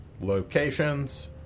Locations